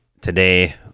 today